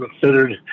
considered